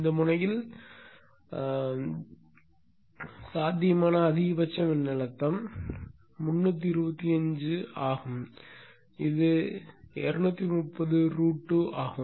இந்த முனையில் சாத்தியமான அதிகபட்ச மின்னழுத்தம் 325 ஆக இருக்கும் இது 230√2 ஆகும்